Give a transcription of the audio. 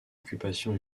occupation